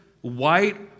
white